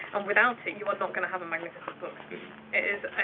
and without it you are not gonna have a magnificent book. it is.